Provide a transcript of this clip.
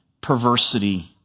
perversity